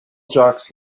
jocks